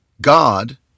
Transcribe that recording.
God